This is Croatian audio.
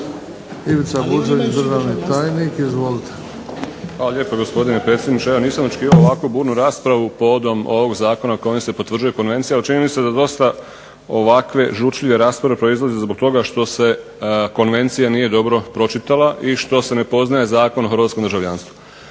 **Buconjić, Ivica (HDZ)** Hvala lijepo gospodine predsjedniče. Evo nisam očekivao ovako burnu raspravu povodom ovog zakona kojim se potvrđuje konvencija, ali čini mi se da dosta ovakve žučljive rasprave proizlaze zbog toga što se konvencija nije dobro pročitala i što se ne poznaje Zakon o hrvatskom državljanstvu.